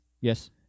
Yes